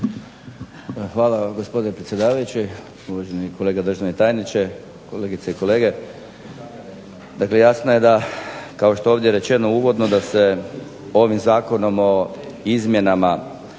Hvala gospodine predsjedavajući, uvaženi kolega državni tajniče, kolegice i kolege. Dakle jasno je da, kao što je ovdje rečeno uvodno da se ovim Zakonom o izmjenama Zakona